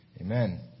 amen